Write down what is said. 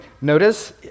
Notice